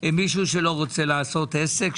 מישהו שלא רוצה לעשות עסק,